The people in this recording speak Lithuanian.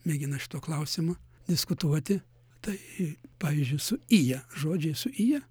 mėgina šituo klausimu diskutuoti tai pavyzdžiui su ija žodžiai su ija